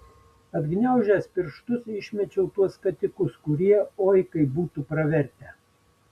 atgniaužęs pirštus išmečiau tuos skatikus kurie oi kaip būtų pravertę